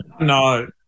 No